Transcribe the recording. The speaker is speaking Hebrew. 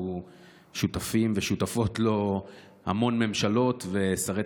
ושותפים ושותפות לו המון ממשלות ושרי